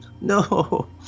no